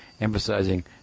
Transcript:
emphasizing